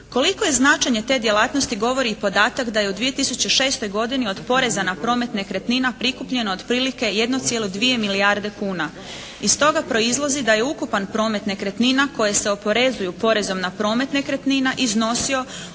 Koliko je značenje te djelatnosti govori i podatak da je u 2006. godini od poreza na promet nekretnina prikupljeno otprilike 1,2 milijarde kuna. Iz toga proizlazi da je ukupan promet nekretnina koje se oporezuju porezom na promet nekretnina iznosio